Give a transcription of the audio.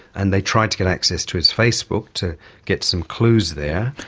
and they tried to get access to his facebook to get some clues there,